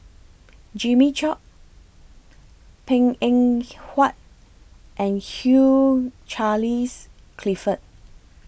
Jimmy Chok Png Eng Huat and Hugh Charles Clifford